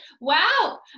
wow